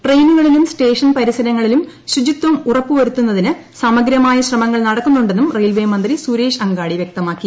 ട്രെയിനുകളിലും station പരിസരങ്ങളിലും ശുചിത്വം ഉറപ്പു വരുത്തുന്നതിന് സമഗ്രമായ ശ്രമങ്ങൾ നടക്കുന്നുണ്ടെന്നും റെയിൻവേ മന്ത്രി സുരേഷ് അങ്കാടി വ്യക്തമാക്കി